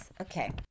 Okay